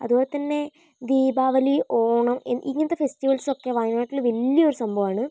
അതുപോലത്തന്നെ ദീപാവലി ഓണം ഇങ്ങനത്തെ ഫെസ്റ്റിവൽസൊക്കെ വയനാട്ടിൽ വലിയൊരു സംഭവമാണ്